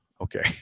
okay